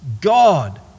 God